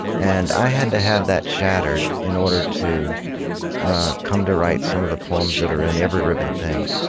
and i had to have that shattered in order to come to write some of the poems that are in every riven thing.